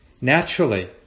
naturally